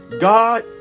God